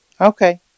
Okay